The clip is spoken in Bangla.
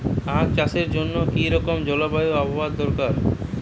আখ চাষের জন্য কি রকম জলবায়ু ও আবহাওয়া দরকার?